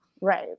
Right